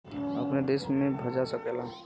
अपने देश में भजा सकला